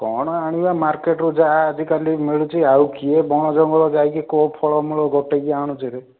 କଣ ଆଣିବା ମାର୍କେଟ୍ରୁ ଯାହା ଆଜିକାଲି ମିଳୁଛି ଆଉ କିଏ ବଣ ଜଙ୍ଗଲ ଯାଇକି କେଉଁ ଫଳମୂଳ ଗୋଟେଇକି ଆଣୁଛିରେ